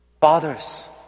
Fathers